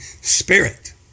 spirit